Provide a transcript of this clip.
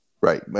Right